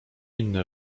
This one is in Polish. inne